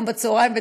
היום בצהריים.